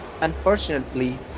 unfortunately